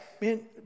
Man